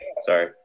sorry